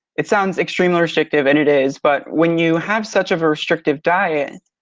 it sounds extremely restrictive and it is, but when you have such a restrictive diet,